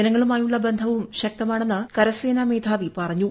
ജനങ്ങളുമായുള്ള ബന്ധവും ശക്തമാണെന്ന് കരസേനാ മേധാവി പറഞ്ഞു